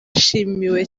yashimiwe